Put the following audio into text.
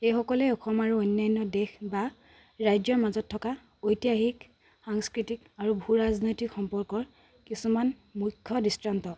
এইসকলে অসম আৰু অন্যান্য দেশ বা ৰাজ্যৰ মাজত থকা ঐতিহাসিক সাংস্কৃতিক আৰু ভূ ৰাজনৈতিক সম্পৰ্ক কিছুমান মুখ্য দৃষ্টান্ত